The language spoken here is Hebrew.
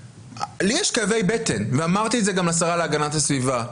לי יש כאבי בטן ואמרתי את זה גם לשרה הגנת הסביבה,